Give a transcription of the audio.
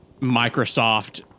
Microsoft